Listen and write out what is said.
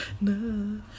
No